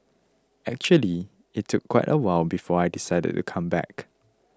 actually it took quite a while before I decided to come back